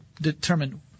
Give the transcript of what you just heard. determine